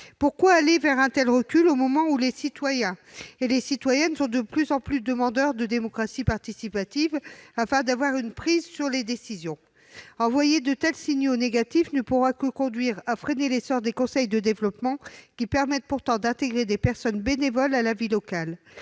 Pourquoi proposer un tel recul au moment où les citoyens et les citoyennes sont de plus en plus demandeurs de démocratie participative, afin d'avoir une prise sur les décisions ? Envoyer de tels signaux négatifs ne pourra que conduire à freiner l'essor des conseils de développement, qui permettent pourtant d'intégrer des personnes bénévoles à la vie locale.